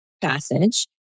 passage